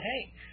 hey